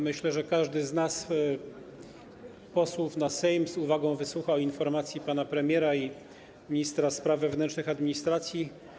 Myślę, że każdy z nas, posłów na Sejm, z uwagą wysłuchał informacji pana premiera oraz ministra spraw wewnętrznych i administracji.